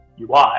ui